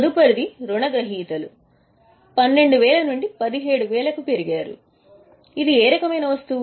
తదుపరిది రుణగ్రహీతలు 12 నుండి 17 ఏ రకమైన వస్తువు